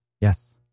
Yes